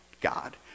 God